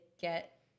get